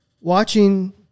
watching